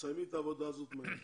סיימי את העבודה הזו מהר,